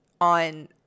on